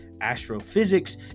astrophysics